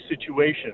situation